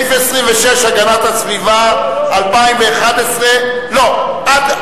סעיף 26, הגנת הסביבה, 2011, לא, לא.